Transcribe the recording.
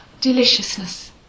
deliciousness